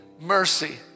mercy